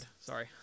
Sorry